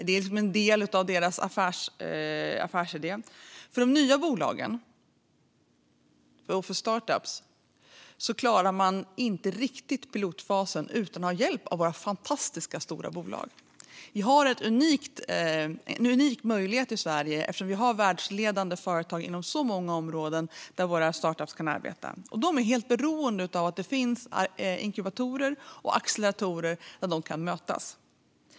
Det är en del av deras affärsidé. De nya bolagen, startups, klarar inte riktigt pilotfasen utan att ha hjälp av våra fantastiska stora bolag. Vi har en unik möjlighet i Sverige eftersom vi har världsledande företag inom så många områden där våra startups kan arbeta. De är helt beroende av att det finns inkubatorer och acceleratorer där de kan mötas.